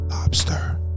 lobster